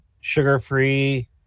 sugar-free